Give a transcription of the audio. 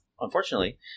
unfortunately